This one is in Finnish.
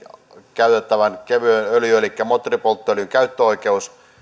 käytettävän kevyen öljyn elikkä moottoripolttoöljyn käyttöoikeus